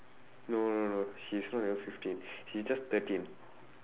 no no no she's not even fifteen she's just thirteen